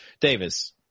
Davis